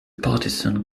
patterson